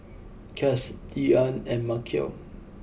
Chas Leeann and Maceo